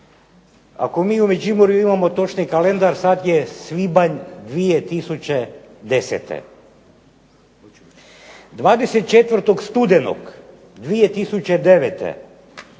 Ako mi u Međimurju imamo točni kalendar sad je svibanj 2010. 24. studenog 2009.